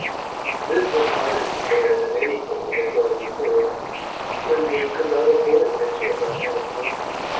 this was harder to bear than anything that had gone before undine could not have borne it if she had not had a purpose.